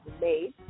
made